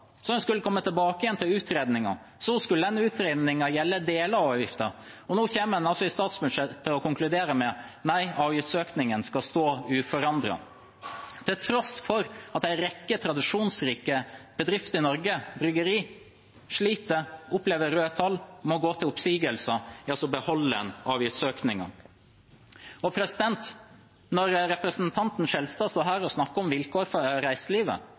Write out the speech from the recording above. som en skulle komme tilbake igjen med en utredning av. Den utredningen skulle gjelde deler av avgiften, og nå kommer en altså i statsbudsjettet til å konkludere med at avgiftsøkningen skal stå uforandret. Til tross for at en rekke tradisjonsrike bedrifter i Norge, bryggerier, sliter og opplever røde tall og må gå til oppsigelser, beholder en avgiftsøkningen. Representanten Skjelstad står her og snakker om vilkår for reiselivet.